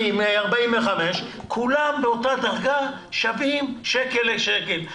40, 45, כולם באותה דרגה שווים שקל לשקל.